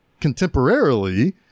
contemporarily